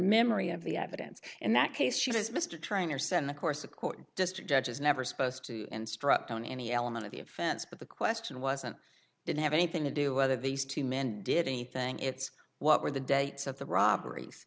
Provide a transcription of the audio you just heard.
memory of the evidence in that case she was mr trainor send the course the court district judge is never supposed to instruct on any element of the offense but the question wasn't didn't have anything to do whether these two men did anything it's what were the dates of the robberies